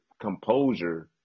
composure –